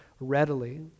readily